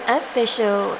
official